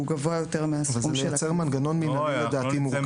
שהוא גבוה יותר מהסכום של --- זה יוצר מנגנון מינהלי מורכב,